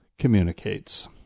Communicates